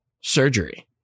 surgery